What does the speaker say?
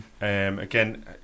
Again